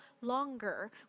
longer